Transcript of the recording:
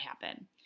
happen